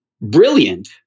brilliant